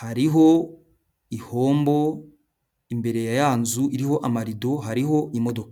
hariho ihombo imbere ya ya nzu iriho amarido hariho imodoka.